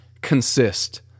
consist